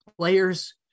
players